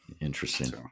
Interesting